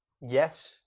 yes